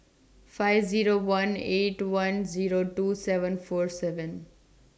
five Zero one eight one Zero two seven four seven